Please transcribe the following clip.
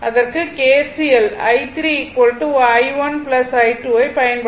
அதற்கு KCL i3 i1 i2 ஐ பயன்படுத்தலாம்